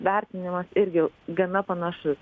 vertinimas irgi gana panašus